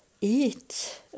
eat